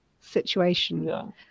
situation